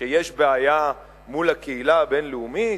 שיש בעיה מול הקהילה הבין-לאומית?